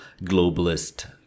globalist